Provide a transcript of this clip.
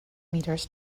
meters